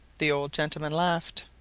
the old gentleman laughed.